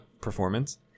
performance